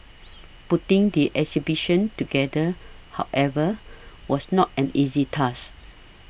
putting the exhibition together however was not an easy task